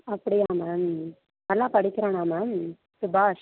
அப்படியா மேம் நல்லா படிக்கிறானா மேம் சுபாஷ்